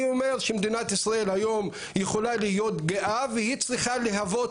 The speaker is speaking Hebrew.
אני אומר שמדינת ישראל היום יכולה להיות גאה והיא צריכה להוות